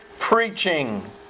preaching